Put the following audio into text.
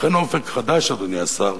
לכן "אופק חדש", אדוני השר,